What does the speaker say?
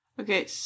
Okay